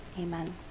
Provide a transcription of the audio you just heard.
Amen